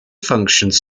functions